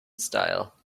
style